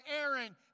Aaron